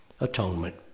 atonement